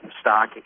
stock